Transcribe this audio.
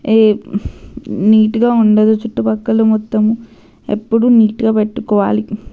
నీట్గా ఉండదు చుట్టుపక్కలు మొత్తం ఎప్పుడు నీటుగా పెట్టుకోవాలి